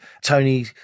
Tony